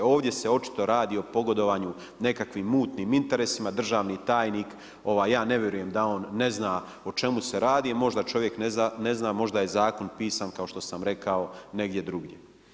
Ovdje se očito radi o pogodovanju nekakvim mutnim interesima, državni tajnik ja ne vjerujem da on ne zna o čemu se radi, možda čovjek ne zna, možda je zakon pisan kao što sam rekao negdje drugdje.